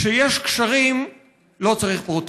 כשיש קשרים לא צריך פרוטקציה.